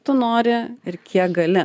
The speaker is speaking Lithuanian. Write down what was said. tu nori ir kiek gali